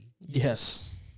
Yes